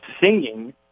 singing